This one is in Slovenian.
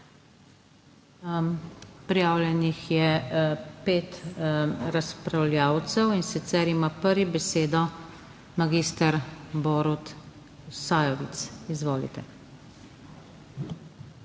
Prijavljenih je pet razpravljavcev, in sicer ima prvi besedo magister Borut Sajovic, izvolite.